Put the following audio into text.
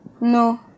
No